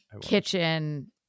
kitchen